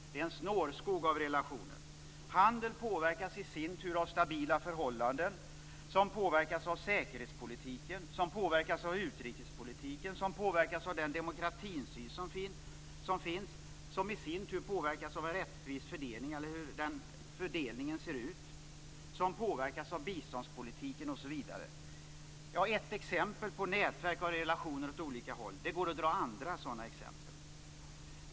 Det är en snårskog av relationer. Handeln påverkas i sin tur av stabila förhållanden, som påverkas av säkerhetspolitiken, som påverkas av utrikespolitiken, som påverkas av den demokratisyn som finns, som påverkas av hur fördelningen ser ut, som påverkas av biståndspolitiken osv. Detta var ett exempel på nätverk av relationer åt olika håll. Det går att anföra andra sådana exempel.